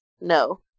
no